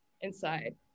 inside